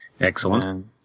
Excellent